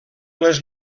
les